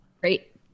Great